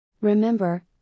Remember